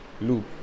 loop